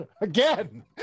Again